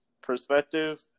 perspective